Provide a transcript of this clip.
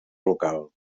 local